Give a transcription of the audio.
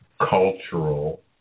cultural